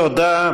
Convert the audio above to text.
תודה.